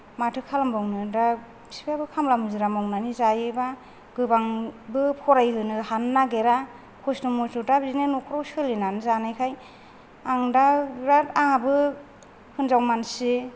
माथो खालामबावनो दा बिफायाबो खामला मुजिरा मावनानै जायोबा गोबांबो फरायहोनो हानो नागिरा खस्थ' मस्थ' दा बिदिनो न'खराव सोलिनानै जानायखाय आं दा बिराद आंहाबो हिनजाव मानसि